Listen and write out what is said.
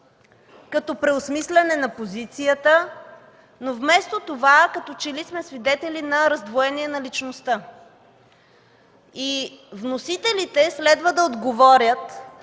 като „преосмисляне на позицията”, но вместо това като че ли сме свидетели на раздвоение на личността. Вносителите следва да отговорят